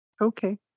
Okay